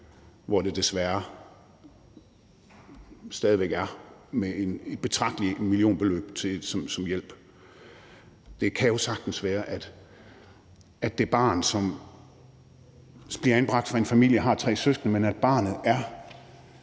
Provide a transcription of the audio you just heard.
hvor det desværre stadig væk er med et betragteligt millionbeløb som hjælp. Det kan jo sagtens være, at det barn, som bliver anbragt væk fra en familie, har tre søskende, men at barnet er